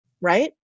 Right